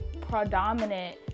predominant